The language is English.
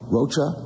Rocha